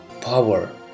power